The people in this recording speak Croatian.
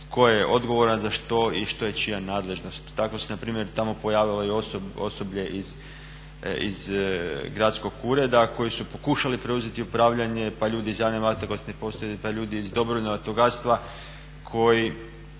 tko je odgovoran za što i što je čija nadležnost. Tako se npr. tamo pojavilo i osoblje iz Gradskog ureda koji su pokušali preuzeti upravljanje, pa ljudi iz Javne vatrogasne postaje, pa ljudi iz dobrovoljnog vatrogastva koji